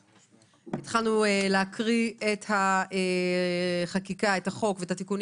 בדיון הקודם התחלנו להקריא את החוק ואת התיקונים